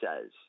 says